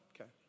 Okay